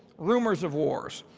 rumors of wars,